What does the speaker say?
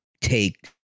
take